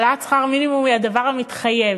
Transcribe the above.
העלאת שכר המינימום היא הדבר המתחייב